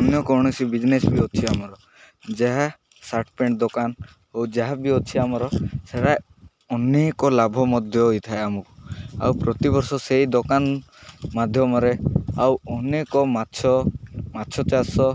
ଅନ୍ୟ କୌଣସି ବିଜନେସ୍ ବି ଅଛି ଆମର ଯାହା ସାର୍ଟ ପ୍ୟାଣ୍ଟ ଦୋକାନ ଓ ଯାହା ବି ଅଛି ଆମର ସେଟା ଅନେକ ଲାଭ ମଧ୍ୟ ହୋଇଥାଏ ଆମକୁ ଆଉ ପ୍ରତିବର୍ଷ ସେଇ ଦୋକାନ ମାଧ୍ୟମରେ ଆଉ ଅନେକ ମାଛ ମାଛ ଚାଷ